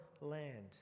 land